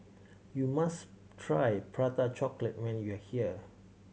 you must try Prata Chocolate when you are here